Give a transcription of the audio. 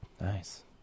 Nice